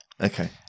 Okay